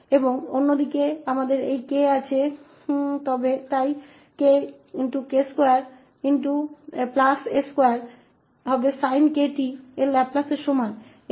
और एक गुणनखंड k2s2 होगाऔर दूसरी तरफ हमारे पास यह k है इसलिए kk2s2 लाप्लास sin 𝑘𝑡 का मान होगा